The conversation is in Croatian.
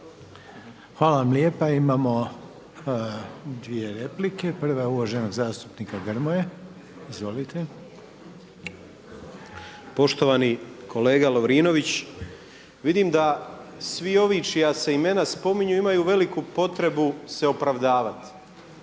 Hvala vam lijepa. Imamo dvije replike. Prva je uvaženog zastupnika Grmoje. Izvolite. **Grmoja, Nikola (MOST)** Poštovani kolega Lovrinović, vidim da svi ovi čija se imena spominju imaju veliku potrebu se opravdavati.